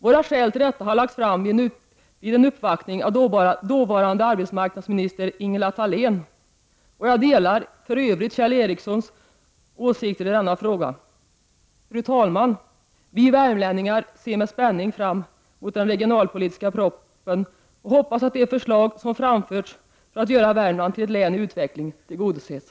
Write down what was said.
Våra skäl till detta har lagts fram vid en uppvaktning inför dåvarande arbetsmarknadsminister Ingela Thalén. Jag delar för övrigt Kjell Ericssons åsikter i denna fråga. Fru talman! Vi värmlänningar ser med spänning fram emot den regionalpolitiska propositionen och hoppas att de förslag som framförts för att göra Värmland till ett län i utveckling skall förverkligas.